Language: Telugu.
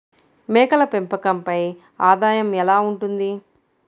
మేకల పెంపకంపై ఆదాయం ఎలా ఉంటుంది?